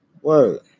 Word